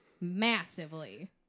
massively